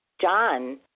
John